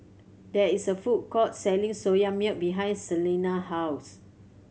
there is a food court selling Soya Milk behind Celena house